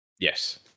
Yes